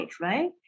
right